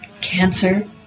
cancer